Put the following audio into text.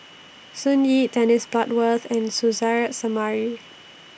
Sun Yee Dennis Bloodworth and Suzairhe Sumari